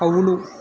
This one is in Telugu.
అవును